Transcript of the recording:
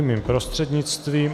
Mým prostřednictvím.